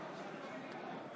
ההצבעה.